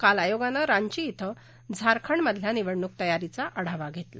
काल आयोगानं रांची धिं झारखंडमधल्या निवडणूक तयारीचा आढावा घेतला